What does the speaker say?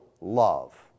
love